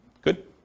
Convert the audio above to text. Good